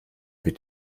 wird